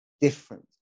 different